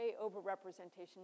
over-representation